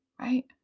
Right